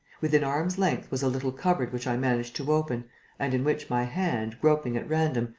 within arm's length was a little cupboard which i managed to open and in which my hand, groping at random,